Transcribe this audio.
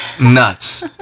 nuts